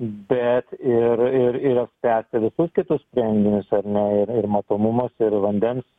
bet ir ir ir apspręsti visus kitus sprendinius ar ne ir ir matomumas ir vandens